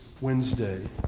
Wednesday